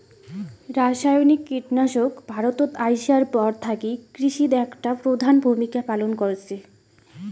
রাসায়নিক কীটনাশক ভারতত আইসার পর থাকি কৃষিত একটা প্রধান ভূমিকা পালন করসে